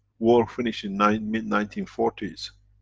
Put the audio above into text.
war finished in nine. mid nineteen forties.